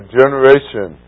generation